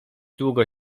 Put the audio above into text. długo